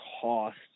cost